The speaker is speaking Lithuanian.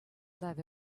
davė